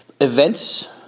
events